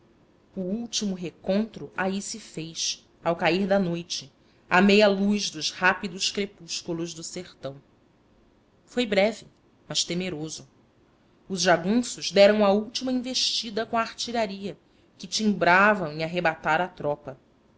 o último recontro aí se fez ao cair da noite à meia luz dos rápidos crepúsculos do sertão foi breve mas temeroso os jagunços deram a última investida com a artilharia que timbravam em arrebatar à tropa